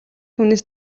түүнээс